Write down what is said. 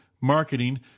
marketing